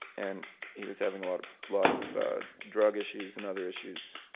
and he was having a lot of lot of drug issues and other issues.